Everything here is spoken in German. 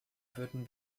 würden